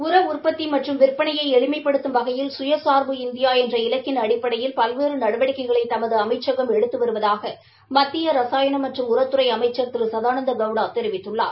உர உற்பத்தி மற்றும் விற்பனையை எளிமைப்படுத்துவம் வகையில் சுயசாா்பு இந்தியா என்ற இலக்கின் அடிப்படையில் பல்வேறு நடவடிக்கைகளை தமது அமைச்சகம் எடுத்து வருவதார மத்திய ரசாயன மற்றும் உரத்துறை அமைச்சர் திரு சதானந்தகவுடா தெரிவித்துள்ளார்